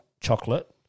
chocolate